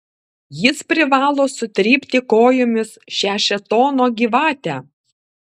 jis privalo sutrypti kojomis šią šėtono gyvatę